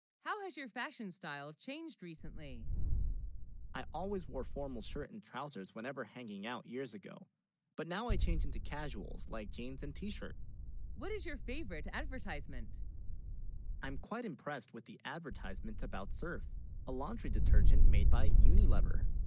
how has your fashion, style changed recently i always, wore formal shirt and trousers whenever hanging out years, ago but now i change into casuals like, jeans and t-shirt what is your favorite advertisement i'm? quite impressed with the advertisement, about surf a laundry detergent made by unilever